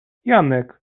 janek